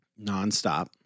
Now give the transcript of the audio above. nonstop